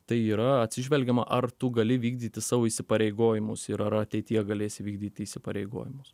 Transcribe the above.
tai yra atsižvelgiama ar tu gali vykdyti savo įsipareigojimus ir ar ateityje galėsi vykdyti įsipareigojimus